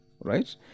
Right